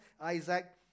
Isaac